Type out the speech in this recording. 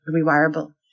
rewirable